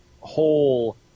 whole